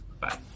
Bye